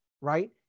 Right